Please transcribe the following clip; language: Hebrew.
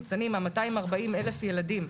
יש לי עוד הערה לגבי תכנית "ניצנים": ה-240,000 ילדים,